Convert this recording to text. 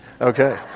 Okay